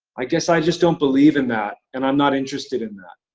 i guess i just don't believe in that, and i'm not interested in that.